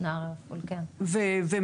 כעין נקודות קליטה.